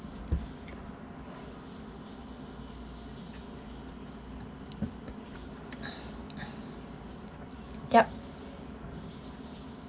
yup